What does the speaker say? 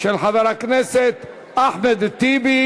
של חברי הכנסת אחמד טיבי